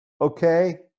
Okay